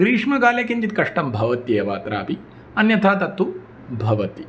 ग्रीष्मकाले किञ्चित् कष्टं भवत्येव अत्रापि अन्यथा तत्तु भवति